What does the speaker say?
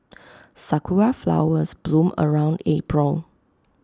Sakura Flowers bloom around April